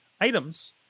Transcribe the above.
items